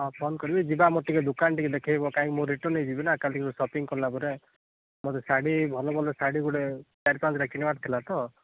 ହଁ ଫୋନ୍ କରିବି ଯିବା ମୋତେ ଟିକିଏ ଦୋକାନ ଟିକିଏ ଦେଖେଇବ କାହିଁକି ମୁଁ ରିଟର୍ଣ୍ଣରେ ଯିବି ନା ସପିଙ୍ଗ୍ କଲାପରେ ମୋତେ ଶାଢ଼ୀ ଭଲ ଭଲ ଶାଢ଼ୀ ଗୋଟେ ଚାରି ପାଞ୍ଚଟା କିଣିବାର ଥିଲା ତ